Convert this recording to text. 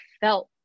felt